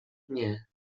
nie